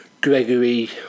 Gregory